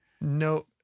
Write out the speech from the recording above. no